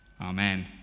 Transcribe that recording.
amen